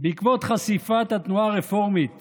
בעקבות חשיפת התנועה הרפורמית